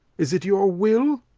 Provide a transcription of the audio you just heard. is it your will?